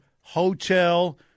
hotel